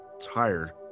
tired